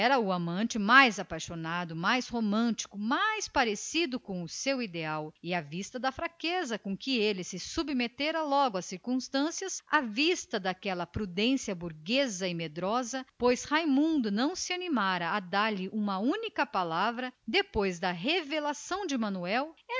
amante mais apaixonado e mais violento e à vista da passividade com que ele se submeteu logo às circunstâncias à vista daquela condescendência burguesa e medrosa pois raimundo não se animara a dar-lhe nem a escrever-lhe uma palavra depois da recusa de manuel